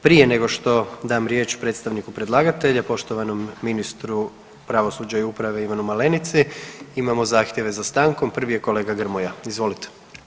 Prije nego što dam riječ predstavniku predlagatelja poštovanom ministru pravosuđa i uprave Ivanu Malenici, imamo zahtjeve za stankom, prvi je kolega Grmoja, izvolite.